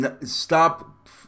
stop